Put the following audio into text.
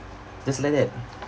just like that